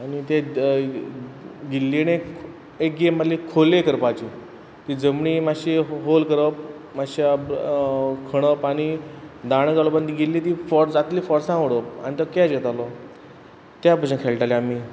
आनी ते गिल्लीणेक एक गेम आल्ही खोले करपाची ती जमणी माश्शे हो होल करप माश्शा खणप आनी दांडो घालप आनी ती गिल्ली ती फोर जात इतले फोर्सा उडोवप आन तो कॅच घेतालो त्या भशेन खेळटाले आमी